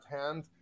hand